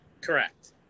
Correct